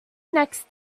next